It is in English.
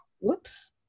Whoops